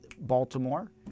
Baltimore